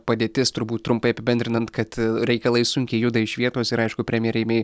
padėtis turbūt trumpai apibendrinant kad reikalai sunkiai juda iš vietos ir aišku premjerei mei